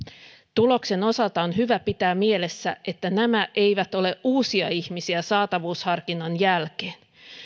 tuloksen osalta on hyvä pitää mielessä että nämä eivät ole uusia ihmisiä saatavuusharkinnan jälkeen